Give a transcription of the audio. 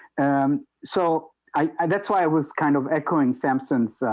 um, so i that's why i was kind of echoing samson's. ah,